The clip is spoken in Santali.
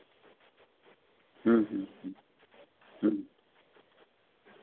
ᱦᱮᱸ ᱦᱮᱸ ᱦᱮᱸ